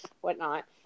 whatnot